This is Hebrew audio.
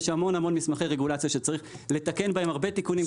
יש המון מסמכי רגולציה שצריך לתקן בהם הרבה תיקונים.